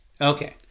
Okay